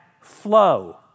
flow